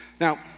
Now